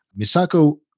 Misako